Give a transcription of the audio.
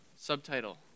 Subtitle